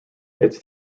its